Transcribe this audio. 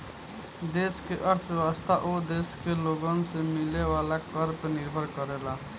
देश के अर्थव्यवस्था ओ देश के लोगन से मिले वाला कर पे निर्भर करेला